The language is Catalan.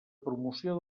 promoció